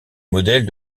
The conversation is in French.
modèle